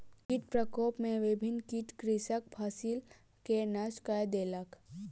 कीट प्रकोप में विभिन्न कीट कृषकक फसिल के नष्ट कय देलक